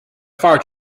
fire